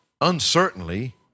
uncertainly